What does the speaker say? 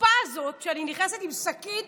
החוצפה הזאת שאני נכנסת עם שקית